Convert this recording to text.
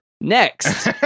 Next